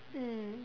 mm